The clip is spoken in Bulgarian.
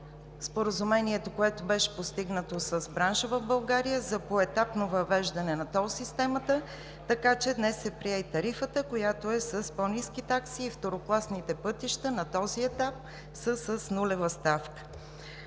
Споразумението, което беше постигнато с бранша в България, за поетапно въвеждане на тол системата. Така че днес се прие и тарифата, която е с по-ниски такси, и второкласните пътища на този етап са с нулева ставка.